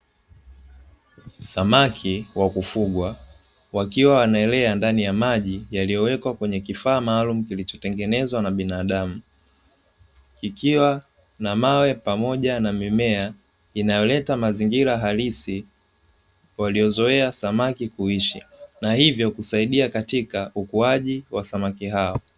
Samaki wa kufugwa, wakiwa wanaelea ndani ya maji yaliyowekwa kwenye kifaa maalumu kilichotengenezwa na binadamu, kikiwa na mawe pamoja na mimea, inayoleta mazingira halisi waliyozowea samaki kuishi na hivyo kusaidia katika ukuaji wa samaki hao.